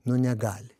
nu negali